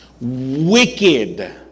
Wicked